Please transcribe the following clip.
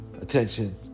attention